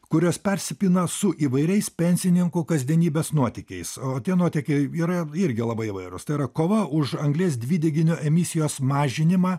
kurios persipina su įvairiais pensininkų kasdienybės nuotykiais o tie nuotykiai yra irgi labai įvairūs tai yra kova už anglies dvideginio emisijos mažinimą